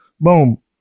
Boom